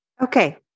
Okay